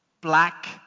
black